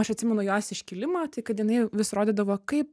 aš atsimenu jos iškilimą tai kad jinai vis rodydavo kaip